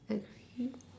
agreed